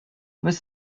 this